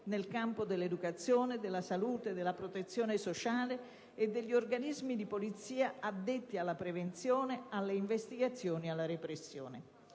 nel campo dell'educazione, della salute, della protezione sociale e degli organismi di polizia addetti alla prevenzione, alle investigazioni e alla repressione.